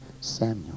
Samuel